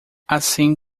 assim